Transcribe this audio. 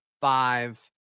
five